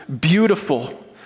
beautiful